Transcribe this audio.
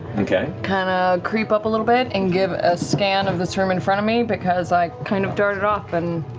kind of ah creep up a little bit and give a scan of this room in front of me, because i kind of darted off and.